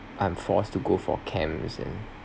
I'm forced to go for camps and